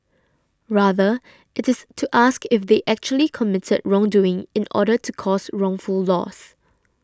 rather it is to ask if they actually committed wrongdoing in order to cause wrongful loss